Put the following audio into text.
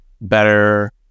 better